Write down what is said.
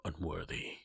Unworthy